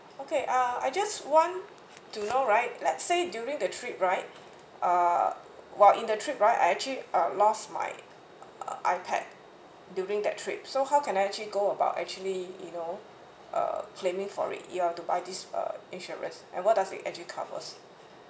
okay uh I just want to know right let's say during the trip right uh while in the trip right I actually uh lost my uh iPad during that trip so how can I actually go about actually you know uh claiming for it you have to buy this uh insurance and what does it actually covers